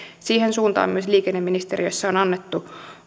siihen suuntaan myös liikenneministeriössä on annettu